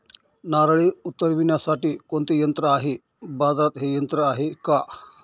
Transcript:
नारळे उतरविण्यासाठी कोणते यंत्र आहे? बाजारात हे यंत्र आहे का?